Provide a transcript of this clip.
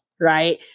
right